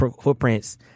footprints